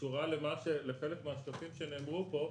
שקשורה לחלק מהשקפים שנאמרו פה,